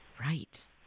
Right